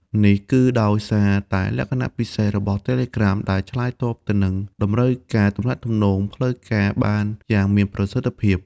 នេះគឺដោយសារតែលក្ខណៈពិសេសរបស់ Telegram ដែលឆ្លើយតបទៅនឹងតម្រូវការទំនាក់ទំនងផ្លូវការបានយ៉ាងមានប្រសិទ្ធភាព។